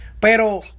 pero